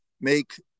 make